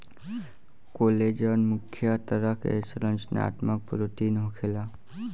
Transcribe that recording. collagen मुख्य तरह के संरचनात्मक प्रोटीन होखेला